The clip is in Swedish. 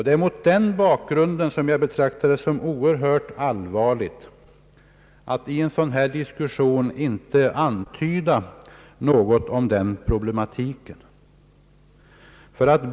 Det är mot den bakgrunden som jag betraktar det som oerhört allvarligt att i en diskussion som denna inte ens antyda något om denna problematik.